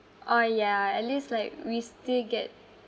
oh ya at least like we still get